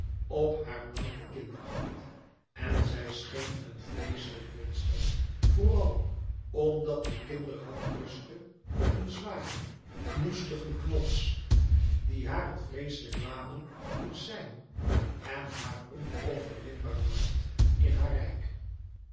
op haar blanke kinderhand en zij scheen een vreeslijk monster vooral omdat die kinderhand rustte op een zwàren knoestigen knots die haar een vreeslijk wapen moet zijn en haar onoverwinbaar maakt in haar rijk